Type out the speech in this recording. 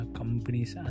companies